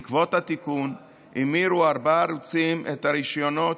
בעקבות התיקון המירו ארבעה ערוצים את הרישיונות